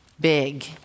big